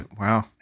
Wow